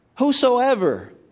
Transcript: whosoever